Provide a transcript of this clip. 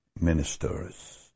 ministers